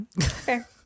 Fair